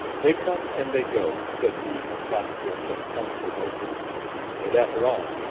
they come, and they go, said these prosperous and comfortable burghers and, after all,